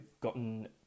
gotten